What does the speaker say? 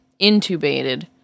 intubated